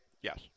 Yes